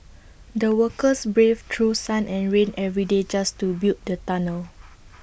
the workers braved through sun and rain every day just to build the tunnel